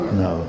no